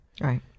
Right